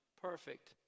perfect